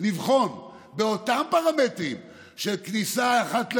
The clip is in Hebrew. לבחון עוד, באותם פרמטרים: כניסה אחת לעיר,